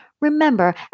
Remember